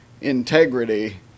integrity